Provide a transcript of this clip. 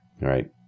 right